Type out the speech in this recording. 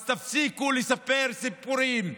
אז תפסיקו לספר סיפורים.